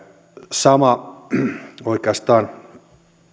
sama oikeastaan